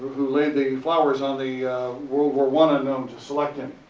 who laid the flowers on the world war one unknown to select him.